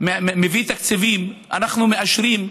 מביא תקציבים, אנחנו מאשרים,